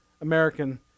American